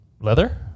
Leather